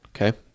Okay